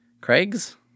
Craig's